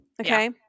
okay